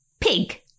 Pig